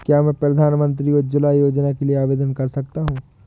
क्या मैं प्रधानमंत्री उज्ज्वला योजना के लिए आवेदन कर सकता हूँ?